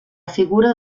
figura